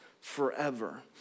forever